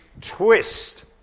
twist